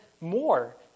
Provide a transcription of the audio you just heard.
more